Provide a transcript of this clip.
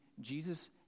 Jesus